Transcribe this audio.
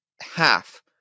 half